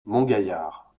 montgaillard